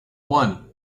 one